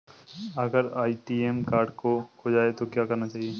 अगर ATM card खो जाए तो क्या करना चाहिए?